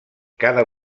cada